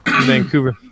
Vancouver